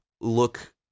look